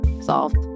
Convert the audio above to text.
solved